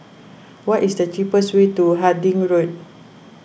what is the cheapest way to Harding Road